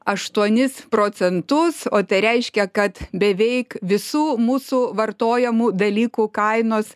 aštuonis procentus o tai reiškia kad beveik visų mūsų vartojamų dalykų kainos